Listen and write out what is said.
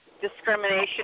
discrimination